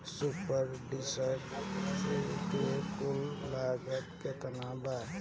Super seeder के कुल लागत केतना बा?